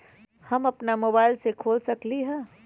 हम अपना मोबाइल से खोल सकली ह?